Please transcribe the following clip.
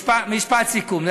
משפט סיכום.